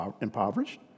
impoverished